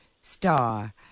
star